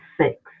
six